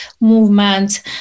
movement